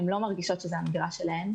הן לא מרגישות שזה המגרש שלהן.